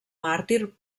màrtir